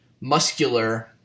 muscular